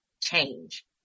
change